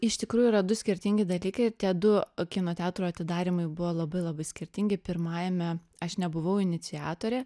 iš tikrųjų yra du skirtingi dalykai tie du kino teatrų atidarymai buvo labai labai skirtingi pirmajame aš nebuvau iniciatorė